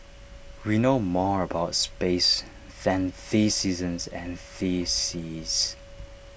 we know more about space than the seasons and the seas